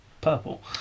purple